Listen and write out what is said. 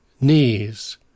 knees